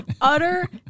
utter